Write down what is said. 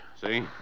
See